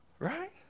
right